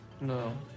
no